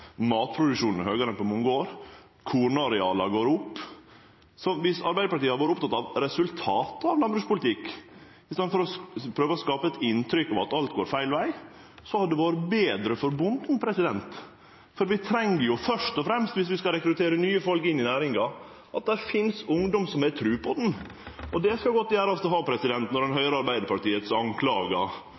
matproduksjonen er høgare enn på mange år, kornareala går opp. Så dersom Arbeidarpartiet hadde vore oppteke av resultata av landbrukspolitikk i staden for å prøve å skape eit inntrykk av at alt går feil veg, så hadde det vore betre for bonden. For vi treng først og fremst, dersom vi skal rekruttere nye folk inn i næringa, at det finst ungdom som har tru på ho. Og det skal det godt gjerast å ha når ein høyrer Arbeidarpartiets